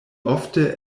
ofte